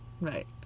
Right